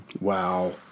Wow